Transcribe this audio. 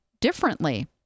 differently